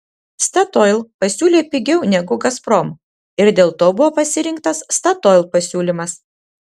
statoil pasiūlė pigiau negu gazprom ir dėl to buvo pasirinktas statoil pasiūlymas